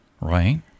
Right